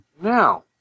Now